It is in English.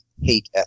hate